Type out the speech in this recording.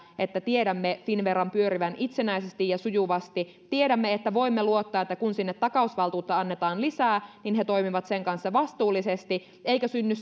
että tiedämme finnveran pyörivän itsenäisesti ja sujuvasti tiedämme että voimme luottaa että kun sinne takausvaltuutta annetaan lisää niin he toimivat sen kanssa vastuullisesti eikä synny